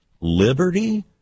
Liberty